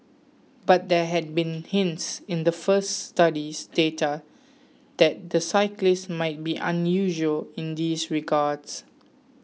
but there had been hints in the first study's data that the cyclists might be unusual in these regards